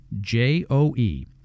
J-O-E